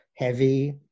heavy